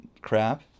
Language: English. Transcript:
crap